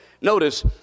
Notice